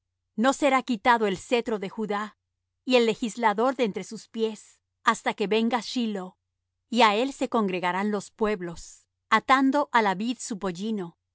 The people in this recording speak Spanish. no será quitado el cetro de judá y el legislador de entre sus piés hasta que venga shiloh y á él se congregarán los pueblos atando á la vid su pollino